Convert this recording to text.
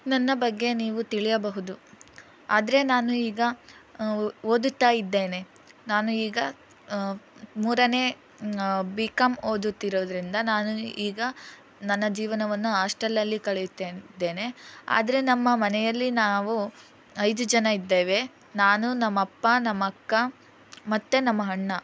ನನ್ನ ಬಗ್ಗೆ ನೀವು ತಿಳಿಯಬಹುದು ಆದರೆ ನಾನು ಈಗ ಓದುತ್ತಾಯಿದ್ದೇನೆ ನಾನು ಈಗ ಮೂರನೇ ಬಿ ಕಾಂ ಓದುತ್ತಿರೋದ್ರಿಂದ ನಾನು ಈಗ ನನ್ನ ಜೀವನವನ್ನು ಆಶ್ಟೆಲ್ಅಲ್ಲಿ ಕಳೆಯುತ್ತಿದ್ದೇನೆ ಆದರೆ ನಮ್ಮ ಮನೆಯಲ್ಲಿ ನಾವು ಐದು ಜನ ಇದ್ದೇವೆ ನಾನು ನಮ್ಮಪ್ಪ ನಮ್ಮಕ್ಕ ಮತ್ತೆ ನಮ್ಮ ಅಣ್ಣ